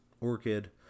Orchid